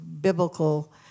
biblical